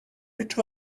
which